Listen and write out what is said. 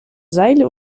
seile